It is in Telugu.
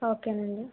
ఓకేనండి